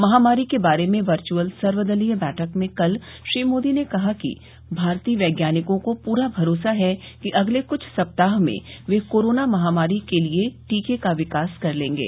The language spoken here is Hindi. महामारी के बारे में वर्ष्यअल सर्वदलीय बैठक में कल श्री मोदी ने कहा कि भारतीय वैज्ञानिकों को पूरा भरोसा है कि अगले कुछ सप्ताह में वे कोरोना महामारी के लिए टीके का विकास कर लेंगे